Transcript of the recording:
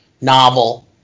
novel